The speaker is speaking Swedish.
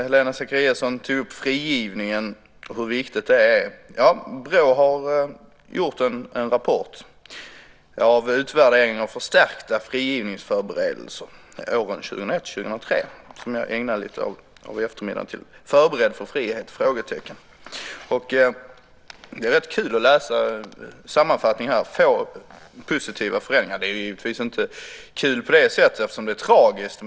Helena Zakariasén tog upp hur viktigt det är med frigivningen. BRÅ har gjort en rapport om utvärdering av förstärkta frigivningsförberedelser för åren 2001-2003, som jag ägnade lite av eftermiddagen åt. Den heter Förberedd för frihet? Det är rätt kul att läsa sammanfattningen. Det är få positiva förändringar. Det är givetvis inte kul på rätt sätt, eftersom det är tragiskt.